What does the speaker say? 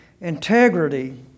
integrity